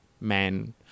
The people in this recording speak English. man